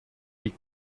die